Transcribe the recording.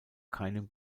keinem